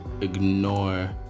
ignore